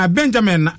Benjamin